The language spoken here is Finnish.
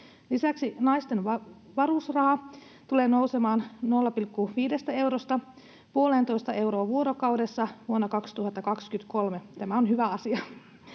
Lisäksi naisten varusraha tulee nousemaan 0,5 eurosta puoleentoista euroon vuorokaudessa vuonna 2023 — tämä on hyvä asia.